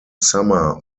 summer